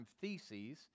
theses